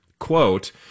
quote